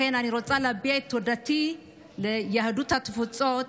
לכן אני רוצה להביע את תודתי ליהדות התפוצות,